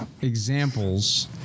examples